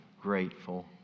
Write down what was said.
grateful